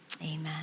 amen